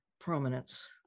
prominence